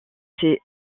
ses